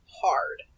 hard